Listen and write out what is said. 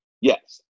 Yes